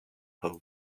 hoax